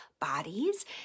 bodies